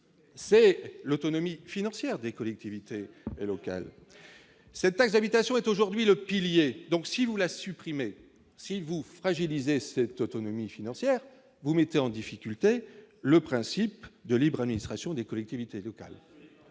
c'est l'autonomie financière des collectivités locales, cette taxe d'habitation est aujourd'hui le pilier, donc si vous la supprimer si vous fragiliser cette autonomie financière, vous mettez en difficulté, le principe de libre administration des collectivités locales,